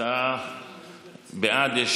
בעד יש